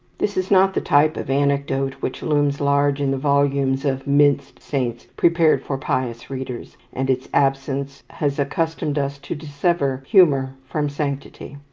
this is not the type of anecdote which looms large in the volumes of minced saints prepared for pious readers, and its absence has accustomed us to dissever humour from sanctity.